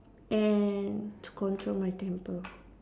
and to control my temper